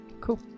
Cool